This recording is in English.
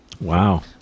wow